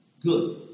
good